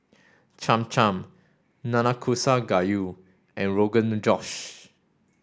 Cham Cham Nanakusa Gayu and Rogan Josh